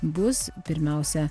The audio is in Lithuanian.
bus pirmiausia